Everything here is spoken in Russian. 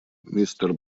мистер